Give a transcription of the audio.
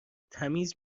تمیز